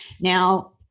Now